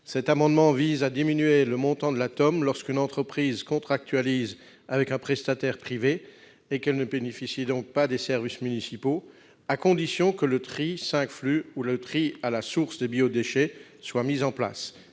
Cet amendement vise à diminuer le montant de la TEOM lorsqu'une entreprise contractualise avec un prestataire privé et qu'elle ne bénéficie pas des services municipaux, à condition que le tri 5 flux ou le tri à la source des biodéchets soit mis en place.